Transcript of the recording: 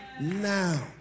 now